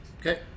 Okay